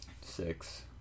six